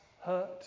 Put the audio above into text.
hurt